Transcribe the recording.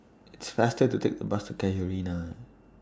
It's faster to Take The Bus to Casuarina